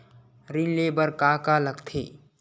ऋण ले बर का का लगथे?